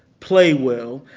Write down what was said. play well.